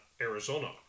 Arizona